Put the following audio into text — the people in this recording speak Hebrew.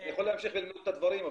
אני יכול להמשיך ולמנות את הדברים,